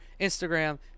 Instagram